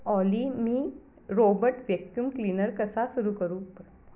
ऑली मी robot vacuum cleaner कसा सुरू करू